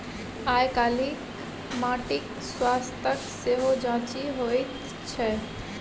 आयकाल्हि माटिक स्वास्थ्यक सेहो जांचि होइत छै